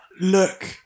look